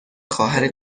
خواهر